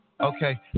Okay